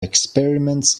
experiments